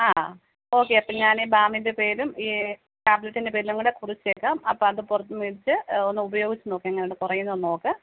ആ ഓക്കെ അപ്പം ഞാൻ ബാമിൻ്റെ പേരും ഈ ടാബ്ലറ്റിൻ്റെ പേരും എല്ലാംകൂടെ കുറിച്ചേക്കാം അപ്പം അത് പുറത്തുനിന്ന് മേടിച്ച് ഒന്ന് ഉപയോഗിച്ച് നോക്ക് എങ്ങനെയുണ്ട് കുറയുന്നോ എന്ന് നോക്ക്